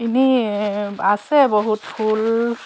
ইনেই আছে বহুত ফুল